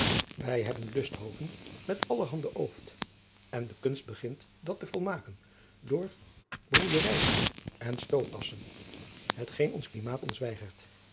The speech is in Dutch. wij hebben lusthoven met allerhande ooft en de kunst begint dat te volmaken door broeijerijen en stookkassen hetgeen ons klimaat ons weigert